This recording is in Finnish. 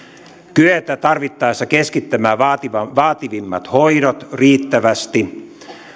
kyetä tarvittaessa keskittämään vaativimmat hoidot riittävästi